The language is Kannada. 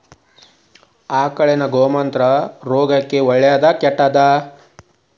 ಆಕಳಿನ ಗೋಮೂತ್ರ ಆರೋಗ್ಯಕ್ಕ ಒಳ್ಳೆದಾ ಕೆಟ್ಟದಾ?